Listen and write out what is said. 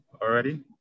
already